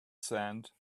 sand